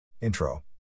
Intro